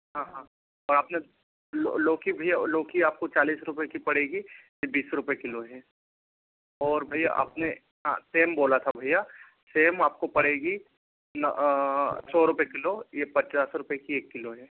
हाँ हाँ और आपने लौकी भैया लौकी आपको चालीस रुपय की पड़ेगी ये बीस रुपय किलो है और भैया आपने हाँ सेम बोला था भैया सेम आपको पड़ेगी सौ रुपय किलो ये पचास रुपय की एक किलो है